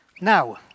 Now